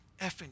effing